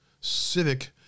civic